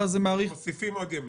אלא זה מאריך --- מוסיפים עוד ימים.